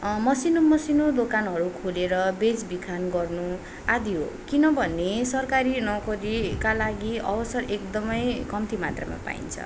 मसिनो मसिनो दोकानहरू खोलेर बेच् बिखान गर्नु आदि हो किनभने सरकारी नोकरीका लागि अवसर एकदमै कम्ती मात्रमा पाइन्छ